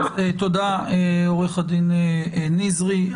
תודה, עורך הדין נזרי.